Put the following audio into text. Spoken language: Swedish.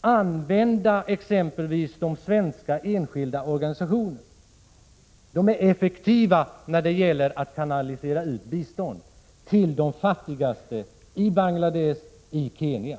Använd exempelvis de enskilda svenska organisationerna! De är effektiva när det gäller att kanalisera bistånd till de fattigaste i Bangladesh och Kenya.